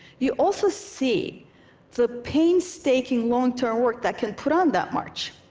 you also see the painstaking, long-term work that can put on that march.